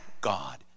God